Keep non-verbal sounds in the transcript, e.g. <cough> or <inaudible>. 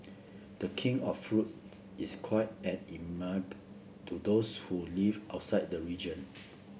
the King of Fruit is quite an <unintelligible> to those who live outside the region